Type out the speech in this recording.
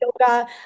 yoga